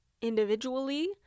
individually